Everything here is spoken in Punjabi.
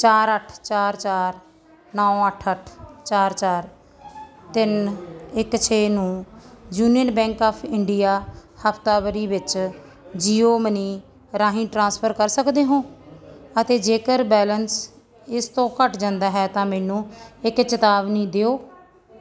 ਚਾਰ ਅੱਠ ਚਾਰ ਚਾਰ ਨੌਂ ਅੱਠ ਅੱਠ ਚਾਰ ਚਾਰ ਤਿੰਨ ਇੱਕ ਛੇ ਨੂੰ ਯੂਨੀਅਨ ਬੈਂਕ ਆਫ ਇੰਡੀਆ ਹਫ਼ਤਾਵਾਰੀ ਵਿੱਚ ਜੀਓ ਮਨੀ ਰਾਹੀਂ ਟ੍ਰਾਂਸਫਰ ਕਰ ਸਕਦੇ ਹੋ ਅਤੇ ਜੇਕਰ ਬੈਲੇਂਸ ਇਸ ਤੋਂ ਘੱਟ ਜਾਂਦਾ ਹੈ ਤਾਂ ਮੈਨੂੰ ਇੱਕ ਚੇਤਾਵਨੀ ਦਿਓ